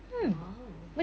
!wow!